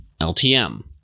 ltm